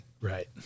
Right